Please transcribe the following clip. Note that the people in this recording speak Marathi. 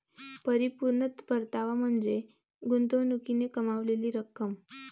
परिपूर्ण परतावा म्हणजे गुंतवणुकीने कमावलेली रक्कम